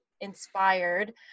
inspired